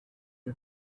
you